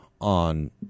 on